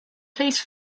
please